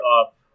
up